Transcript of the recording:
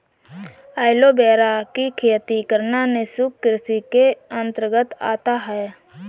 aloe vera की खेती करना शुष्क कृषि के अंतर्गत आता है